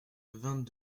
vingt